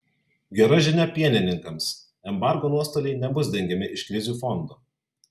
gera žinia pienininkams embargo nuostoliai nebus dengiami iš krizių fondo